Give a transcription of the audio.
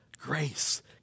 grace